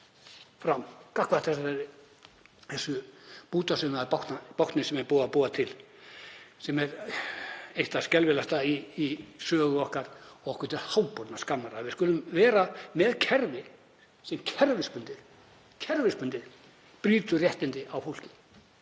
fram gagnvart þessu bútasaumaða bákni sem er búið að búa til, sem er eitt það skelfilegasta í sögu okkar og okkur til háborinnar skammar, að við skulum vera með kerfi sem kerfisbundið brýtur réttindi á fólki.